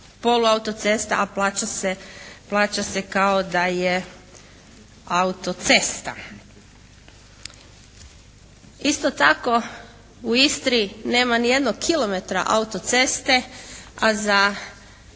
polu autocesta, a plaća se kao da je autocesta. Isto tako u Istri nema niti jednog kilometra autoceste, a za